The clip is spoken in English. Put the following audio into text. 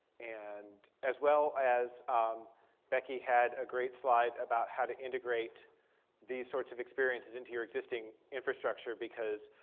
and as well, as becky had a great slide about how to integrate these sorts of experiences into your existing infrastructure, because